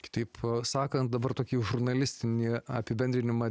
kitaip sakant dabar tokį žurnalistinį apibendrinimą